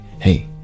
hey